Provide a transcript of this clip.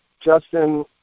Justin